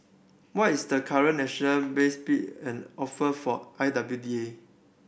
what is the current national best bid and offer for I W D A